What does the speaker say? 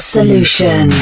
Solution